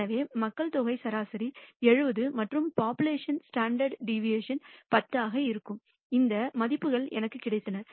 எனவே மக்கள் தொகை சராசரி 70 மற்றும் போப்புலேஷன் ஸ்டாண்டர்ட் டிவேஷன் 10 ஆகும் இந்த மதிப்புகள் எனக்கு கிடைத்தன